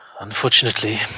Unfortunately